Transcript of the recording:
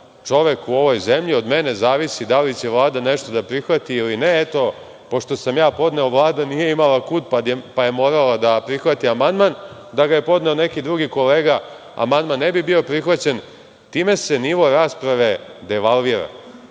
čovek u ovoj zemlji, od mene zavisi da li će Vlada nešto da prihvati ili ne. Pošto sam ja podneo, Vlada nije imala kud pa je morala da prihvati amandman. Da ga je podneo neki drugi kolega amandman ne bi bio prihvaćen. Time se nivo rasprave devalvira,